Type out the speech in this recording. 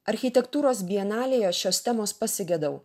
architektūros bienalėje šios temos pasigedau